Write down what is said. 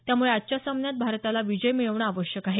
त्यामुळे आजच्या सामन्यात भारताला विजय मिळवणं आवश्यक आहे